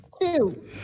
Two